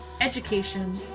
education